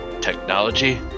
Technology